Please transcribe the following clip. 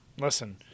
listen